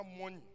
money